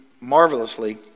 marvelously